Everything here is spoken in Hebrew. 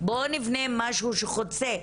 בואו נבנה משהו שחוצה.